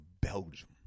Belgium